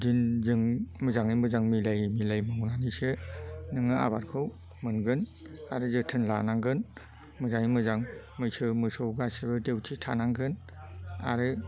दिनजों मोजाङै मोजां मिलायै मिलायनानैसो नोङो आबादखौ मोनगोन आरो जोथोन लानांगोन मोजाङै मोजां मैसो मोसौ गासिबो दिउटि थानांगोन आरो